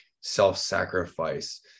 self-sacrifice